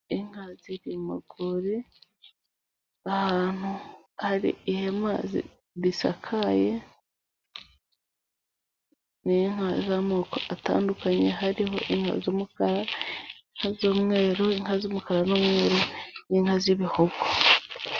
Inka ziri mu rwuri ahantu hari ihema risakaye. Ni inka z'amoko atandukanye hariho inka z'umukara n'iz'umweru, inka z'umukara n'umweru'inka z'ibihogo.